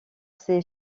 ses